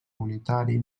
unitari